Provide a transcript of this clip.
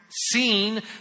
seen